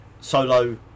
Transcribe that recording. solo